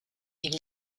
ils